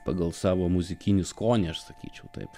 pagal savo muzikinį skonį ir sakyčiau taip